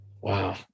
Wow